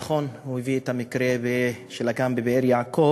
נכון, הוא הביא את המקרה של הגן בבאר-יעקב,